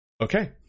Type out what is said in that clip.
okay